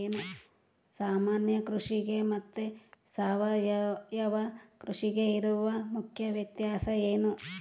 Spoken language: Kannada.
ಸಾಮಾನ್ಯ ಕೃಷಿಗೆ ಮತ್ತೆ ಸಾವಯವ ಕೃಷಿಗೆ ಇರುವ ಮುಖ್ಯ ವ್ಯತ್ಯಾಸ ಏನು?